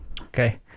Okay